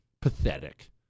pathetic